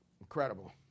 Incredible